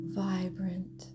vibrant